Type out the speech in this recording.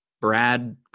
Brad